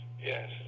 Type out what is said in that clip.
yes